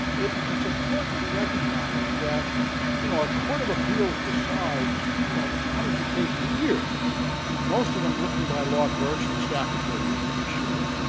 it's important to recognize that you know a court of appeals decides, you know hundreds of cases a year most of them written by law clerks and staff attorneys to be sure.